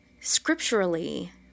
scripturally